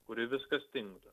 kuri viską stingdo